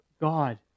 God